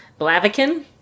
Blaviken